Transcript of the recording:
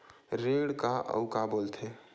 ऋण का अउ का बोल थे?